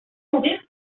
mourir